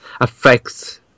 affects